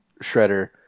Shredder